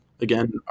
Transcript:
again